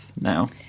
now